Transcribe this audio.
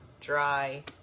dry